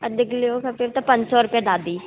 अधि किले जो खपे त पंज सौ रुपिया दादी